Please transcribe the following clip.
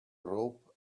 rope